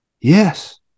Yes